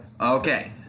Okay